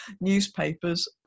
newspapers